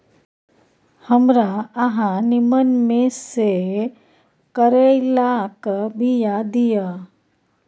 हमरा अहाँ नीमन में से करैलाक बीया दिय?